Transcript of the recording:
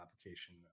application